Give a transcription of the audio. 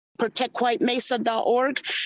protectwhitemesa.org